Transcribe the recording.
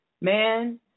man